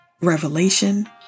revelation